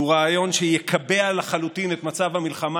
שהוא רעיון שיקבע לחלוטין את מצב המלחמה